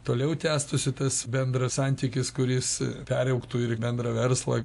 toliau tęstųsi tas bendras santykis kuris periaugtų ir į bendrą verslą